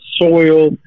soil